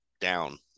down